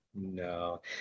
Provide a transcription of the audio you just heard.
No